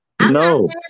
No